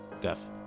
death